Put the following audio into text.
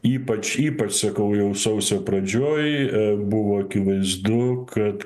ypač ypač sakau jau sausio pradžioj buvo akivaizdu kad